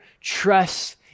trust